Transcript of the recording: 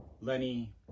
Lenny